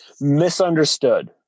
misunderstood